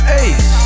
ace